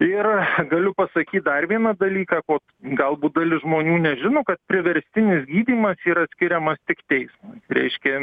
ir galiu pasakyt dar vieną dalyką ko galbūt dalis žmonių nežino kad priverstinis gydymas yra skiriamas tik teismo reiškia